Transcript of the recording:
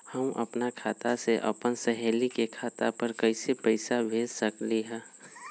हम अपना खाता से अपन सहेली के खाता पर कइसे पैसा भेज सकली ह?